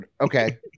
okay